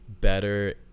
better